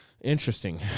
interesting